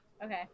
Okay